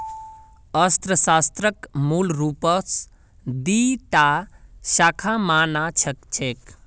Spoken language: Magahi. अर्थशास्त्रक मूल रूपस दी टा शाखा मा न छेक